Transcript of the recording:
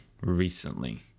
recently